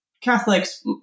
Catholics